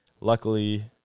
Luckily